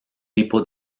tipo